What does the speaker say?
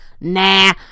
Nah